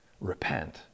Repent